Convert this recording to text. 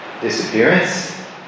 disappearance